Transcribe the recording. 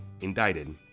Indicted